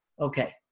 Okay